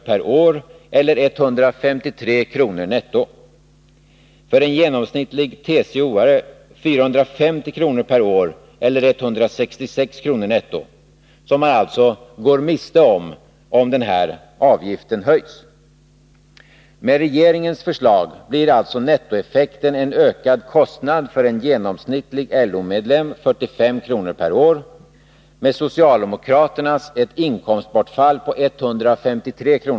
per år eller 153 kr. netto efter skatt och för en genomsnittlig TCO-medlem 450 kr. per år eller 166 kr. netto. Detta går man miste om, om denna avgift höjs. Med regeringens förslag blir alltså nettoeffekten en ökad kostnad på 45 kr. per år för en genomsnittlig LO-medlem. Med socialdemokraternas förslag blir det ett inkomstbortfall på 153 kr.